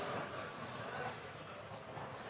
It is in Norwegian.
Takk